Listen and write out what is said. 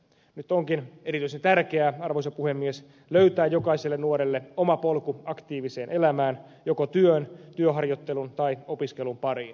nyt onkin erityisen tärkeää arvoisa puhemies löytää jokaiselle nuorelle oma polku aktiiviseen elämään joko työn työharjoittelun tai opiskelun pariin